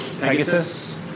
pegasus